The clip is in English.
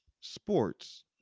sports